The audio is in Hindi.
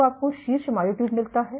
तो आपको शीर्ष मायोट्यूब मिलता है